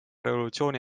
revolutsiooni